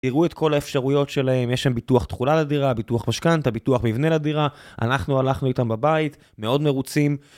תראו את כל האפשרויות שלהם, יש להם ביטוח תכולה לדירה, ביטוח משכנתא, ביטוח מבנה לדירה, אנחנו הלכנו איתם בבית, מאוד מרוצים.